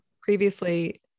previously-